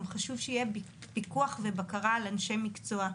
גם חשוב שיהיה פיקוח ובקרה על אנשי מקצוע,